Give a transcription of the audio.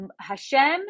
Hashem